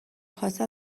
خواستن